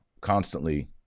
constantly